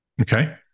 Okay